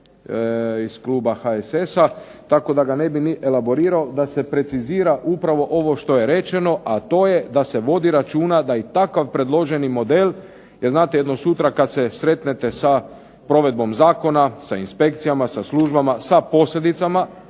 iz kluba HSS-a tako da ga ne bi ni elaborirao da se precizira upravo ovo što je rečeno, a to je da se vodi računa da i takav predloženi model, jer znate sutra kad se sretnete sa provedbom zakona, sa inspekcijama, sa službama, sa posljedicama,